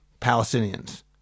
Palestinians